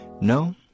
No